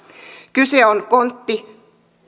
kyse on kontti